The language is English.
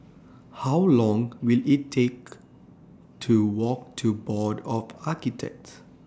How Long Will IT Take to Walk to Board of Architects